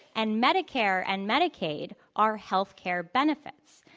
and medicare and medicaid are health care benefits.